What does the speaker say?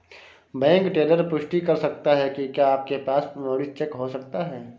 Bank teller पुष्टि कर सकता है कि क्या आपके पास प्रमाणित चेक हो सकता है?